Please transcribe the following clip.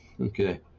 okay